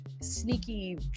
sneaky